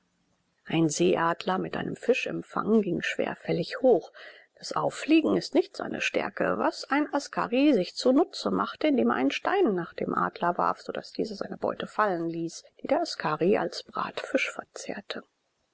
ein seeadler mit einem fisch im fang ging schwerfällig hoch das auffliegen ist nicht seine stärke was ein askari sich zu nutze machte indem er einen stein nach dem adler warf so daß dieser seine beute fallen ließ die der askari als bratfisch verzehrte